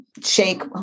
shake